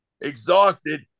exhausted